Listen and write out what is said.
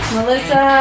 Melissa